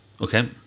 okay